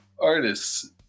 Artists